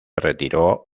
retiró